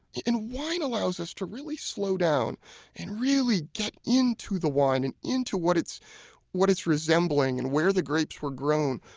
and wine allows us to really slow down and really get into the wine, and into what it's what it's resembling and where the grapes were grown.